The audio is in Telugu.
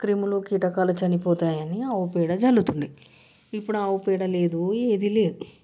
క్రిములు కీటకాలు చనిపోతాయని ఆవు పేడ చల్లుతుండే ఇప్పుడు ఆవు పేడ లేదు ఏది లేదు